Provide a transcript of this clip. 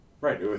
Right